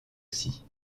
scie